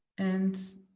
and